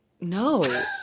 no